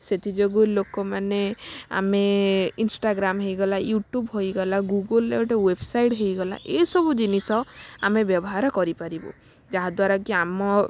ସେଥିଯୋଗୁଁ ଲୋକମାନେ ଆମେ ଇନଷ୍ଟାଗ୍ରାମ୍ ହେଇଗଲା ୟୁଟ୍ୟୁବ୍ ହୋଇଗଲା ଗୁଗୁଲରେ ଗୋଟେ ୱେବସାଇଟ୍ ହେଇଗଲା ଏହିସବୁ ଜିନିଷ ଆମେ ବ୍ୟବହାର କରିପାରିବୁ ଯାହା ଦ୍ୱାରା କି ଆମ